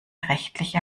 rechtliche